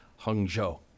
Hangzhou